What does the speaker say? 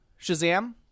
Shazam